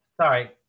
Sorry